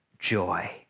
Joy